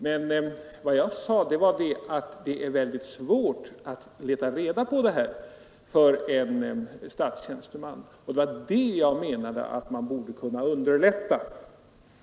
Men vad jag sade var att det är mycket svårt att leta reda på det här materialet för en statstjänsteman, och det var det arbetet jag menade att man borde kunna underlätta.